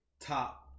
Top